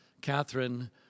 Catherine